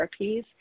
therapies